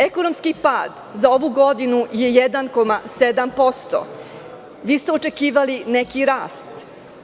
Ekonomski pad za ovu godinu je 1,7%, a vi ste očekivali neki rast.